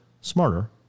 smarter